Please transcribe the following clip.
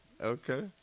Okay